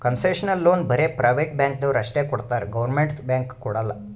concessional loan ಬರೇ private ಬ್ಯಾಂಕ್ದವ್ರು ಅಷ್ಟೇ ಕೊಡ್ತಾರ್ ಗೌರ್ಮೆಂಟ್ದು ಬ್ಯಾಂಕ್ ಕೊಡಲ್ಲ